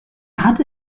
hatte